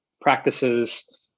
practices